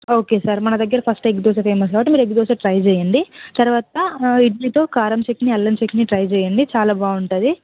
okay sir మన దగ్గర first egg dosa famous కాబట్టి మీరు ఎగ్ దోశ ట్రై చేయండి తరువాత ఇడ్లీతో కారం చట్నీ అల్లం చట్నీ ట్రై చేయండి చాలా బాగుంటుంది